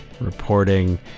reporting